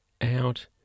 out